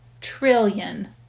trillion